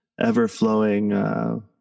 ever-flowing